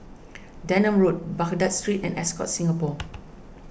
Denham Road Baghdad Street and Ascott Singapore